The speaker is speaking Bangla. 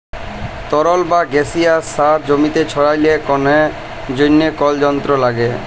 তরল বা গাসিয়াস সার জমিতে ছড়ালর জন্হে কল যন্ত্র লাগে